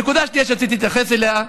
הנקודה השנייה שרציתי להתייחס אליה,